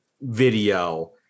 video